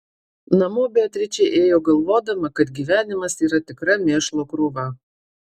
namo beatričė ėjo galvodama kad gyvenimas yra tikra mėšlo krūva